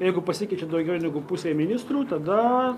jeigu pasikeičia daugiau negu pusė ministrų tada